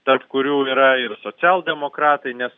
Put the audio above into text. tarp kurių yra ir socialdemokratai nes